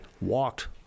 walked